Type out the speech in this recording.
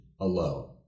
alone